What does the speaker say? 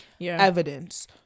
evidence